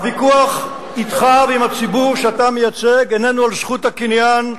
הוויכוח אתך ועם הציבור שאתה מייצג איננו על זכות הקניין,